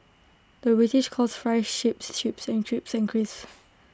the British calls fries ships and Chips Crisps